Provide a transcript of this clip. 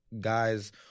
guys